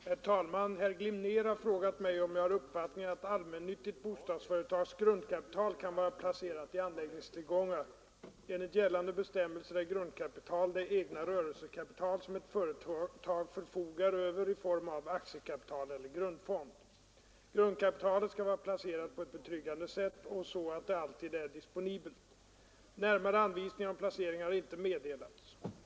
Herr talman! Herr Glimnér har frågat mig om jag har uppfattningen att allmännyttigt bostadsföretags grundkapital kan vara placerat i anläggningstillgångar. Enligt gällande bestämmelser är grundkapital det egna rörelsekapital som ett företag förfogar över i form av aktiekapital eller grundfond. Grundkapitalet skall vara placerat på ett betryggande sätt och så att det alltid är disponibelt. Närmare anvisningar om placeringen har inte meddelats.